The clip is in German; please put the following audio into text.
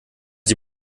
sie